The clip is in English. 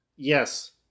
Yes